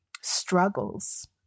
struggles